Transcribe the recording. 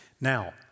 Now